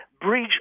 bridge